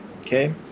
okay